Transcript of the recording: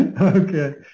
Okay